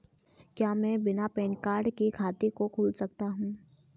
क्या मैं बिना पैन कार्ड के खाते को खोल सकता हूँ?